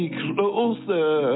closer